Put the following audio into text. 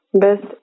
best